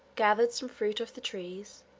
gathered some fruit off the trees,